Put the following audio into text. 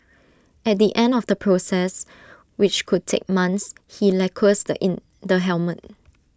at the end of the process which could take months he lacquers the in the helmet